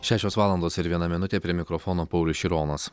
šešios valandos ir viena minutė prie mikrofono paulius šironas